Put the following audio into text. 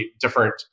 different